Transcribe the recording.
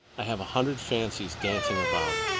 i have a hundred fancies dancing about.